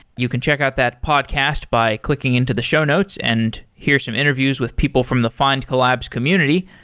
you can check out that podcast by clicking into the show notes and hear some interviews with people from the findcollabs community.